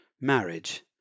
marriage